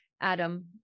Adam